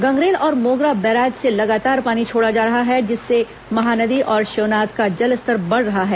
गंगरेल और मोगरा बैराज से लगातार पानी छोड़ा जा रहा है जिससे महानदी और शिवनाथ का जलस्तर बढ़ रहा है